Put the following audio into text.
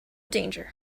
danger